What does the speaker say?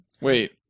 Wait